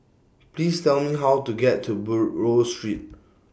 Please Tell Me How to get to Buroh Street